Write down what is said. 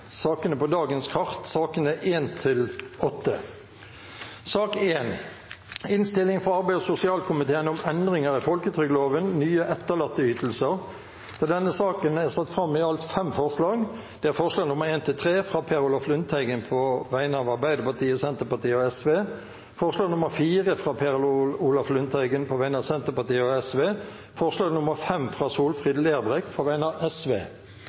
sakene 1–8 på dagens kart. Under debatten er det satt fram i alt fem forslag. Det er forslagene nr. 1-3, fra Per Olaf Lundteigen på vegne Arbeiderpartiet, Senterpartiet og Sosialistisk Venstreparti forslag nr. 4, fra Per Olaf Lundteigen på vegne av Senterpartiet og Sosialistisk Venstreparti forslag nr. 5, fra Solfrid Lerbrekk på vegne av